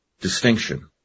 distinction